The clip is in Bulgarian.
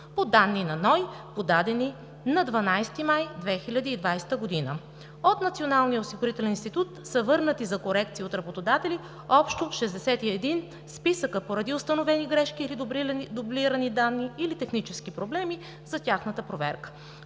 по данни на НОИ, подадени на 12 май 2020 г. От Националния осигурителен институт са върнати за корекция от работодатели общо 61 списъка поради установени грешки или дублирани данни, или технически проблеми, за тяхната проверка.